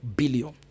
billion